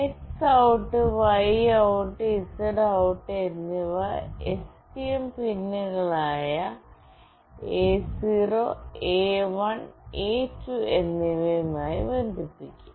X OUT Y OUT Z OUT എന്നിവ STM പിന്നുകളായ A0 A1 A2എന്നിവയുമായി ബന്ധിപ്പിക്കും